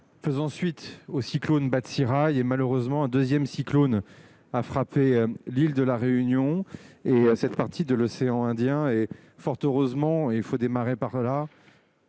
faisant suite au cyclone Batsirai et malheureusement un 2ème cyclone a frappé l'île de la Réunion et cette partie de l'océan Indien et fort heureusement, il faut démarrer par là.